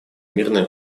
мирное